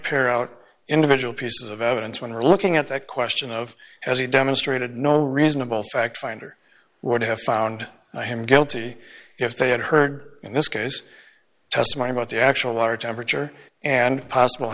pare out individual pieces of evidence when you're looking at that question of as he demonstrated no reasonable fact finder would have found him guilty if they had heard in this case testimony about the actual water temperature and possible